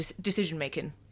decision-making